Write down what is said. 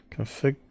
Config